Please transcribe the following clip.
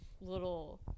little